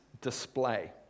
display